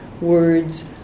words